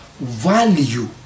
value